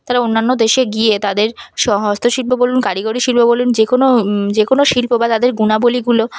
তারা অন্যান্য দেশে গিয়ে তাদের হস্তশিল্প বলুন কারিগরি শিল্প বলুন যে কোনো যে কোনো শিল্প বা তাদের গুণাবলীগুলো